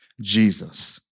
Jesus